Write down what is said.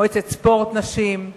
מועצת ספורט נשים,